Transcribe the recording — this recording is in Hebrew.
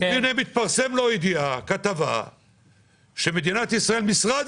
התפרסמה כתבה על כך שמשרד